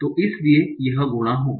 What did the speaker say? तो इसलिए यह गुणा होगा